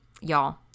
y'all